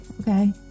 Okay